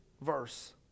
verse